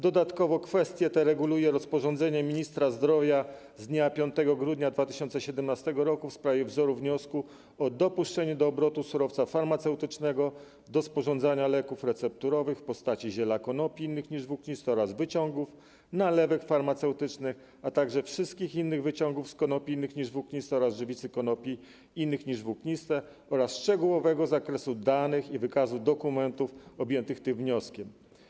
Dodatkowo kwestie te reguluje rozporządzenie ministra zdrowia z dnia 5 grudnia 2017 r. w sprawie wzoru wniosku o dopuszczenie do obrotu surowca farmaceutycznego do sporządzania leków recepturowych w postaci ziela konopi innych niż włókniste oraz wyciągów, nalewek farmaceutycznych, a także wszystkich innych wyciągów z konopi innych niż włókniste oraz żywicy konopi innych niż włókniste oraz szczegółowego zakresu danych i wykazu dokumentów objętych tym wnioskiem.